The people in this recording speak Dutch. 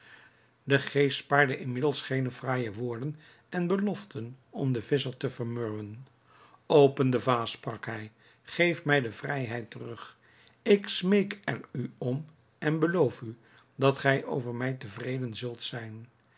de geest spaarde inmiddels geene fraaije woorden en beloften om den visscher te vermurwen open de vaas sprak hij geef mij de vrijheid terug ik smeek er u om en beloof u dat gij over mij tevreden zult zijn